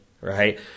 right